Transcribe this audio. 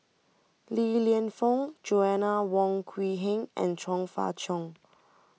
Li Lienfung Joanna Wong Quee Heng and Chong Fah Cheong